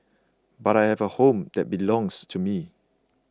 but I have a home that belongs to me